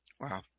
Wow